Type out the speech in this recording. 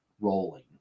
rolling